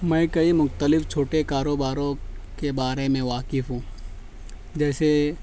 میں کئی مختلف چھوٹے کاروباروں کے بارے میں واقف ہوں جیسے